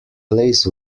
plays